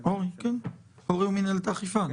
אורי ממנהלת האכיפה.